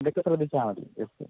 ഇതൊക്കെ ശ്രദ്ധിച്ചാൽ മതി ജസ്റ്റ്